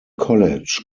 college